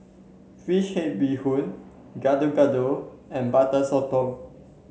fish head Bee Hoon Gado Gado and Butter Sotong